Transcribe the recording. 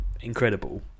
incredible